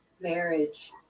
marriage